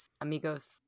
amigos